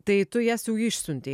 tai tu jas jau išsiuntei